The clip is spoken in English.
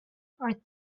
are